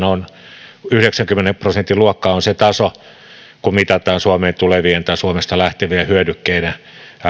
on yhdeksänkymmenen prosentin luokkaa se taso kun mitataan suomeen tulevien ja suomesta lähtevien hyödykkeiden